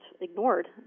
ignored